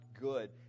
good